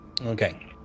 Okay